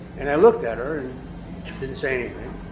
and i looked at her and didn't say anything.